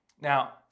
Now